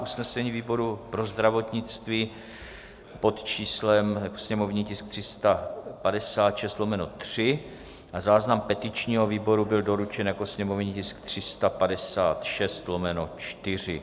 Usnesení výboru pro zdravotnictví pod číslem sněmovního tisku 356/3 a záznam petičního výboru byl doručen jako sněmovní tisk 356/4.